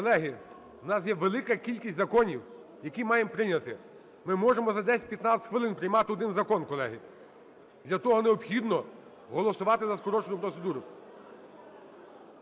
Колеги, в нас є велика кількість законів, які маємо прийняти. Ми можемо за 10-15 хвилин приймати один закон, колеги. Для того необхідно голосувати за скорочену процедуру.